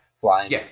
flying